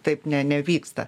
taip ne nevyksta